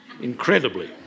incredibly